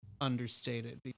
understated